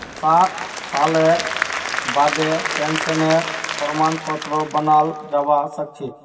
साठ सालेर बादें पेंशनेर प्रमाण पत्र बनाल जाबा सखछे